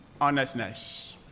honestness